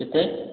କେତେ